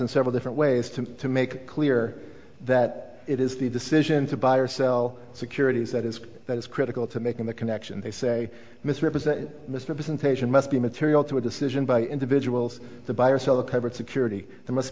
in several different ways to make it clear that it is the decision to buy or sell securities that is that is critical to making the connection they say misrepresent misrepresentation must be material to a decision by individuals to buy or sell the coverage security there must